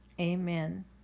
Amen